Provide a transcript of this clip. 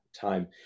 time